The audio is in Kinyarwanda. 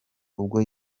ubwo